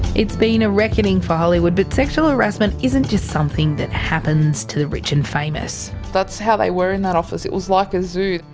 it's been a reckoning for hollywood, but sexual harassment isn't just something that happens to the rich and famous. that's how they were in that office, it was like a zoo.